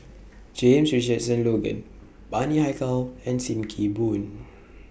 James Richardson Logan Bani Haykal and SIM Kee Boon